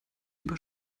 über